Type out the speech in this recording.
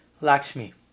Lakshmi